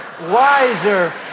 wiser